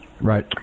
Right